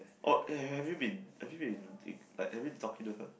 oh eh have you been have you been like have been talking to her